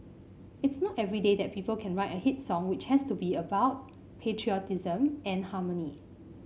it's not every day that people can write a hit song which has to be about patriotism and harmony